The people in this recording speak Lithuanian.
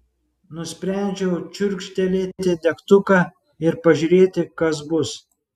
nusprendžiau čirkštelėti degtuką ir pažiūrėti kas bus